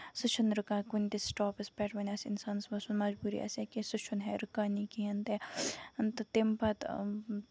سُہ چھُنہٕ رُکان کُنہِ تہِ سٔٹوپَس پٮ۪ٹھ وۄنۍ آسہِ اِنسانَس مجبوٗرِ آسہِ یا کیٚنٛہہ سُہ چھُنہٕ ہیرِ رُکانی کِہینۍ تہِ تہٕ تَمہِ پَتہٕ